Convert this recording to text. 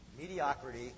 Mediocrity